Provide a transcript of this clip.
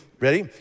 ready